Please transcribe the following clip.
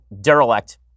derelict